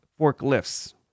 forklifts